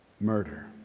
murder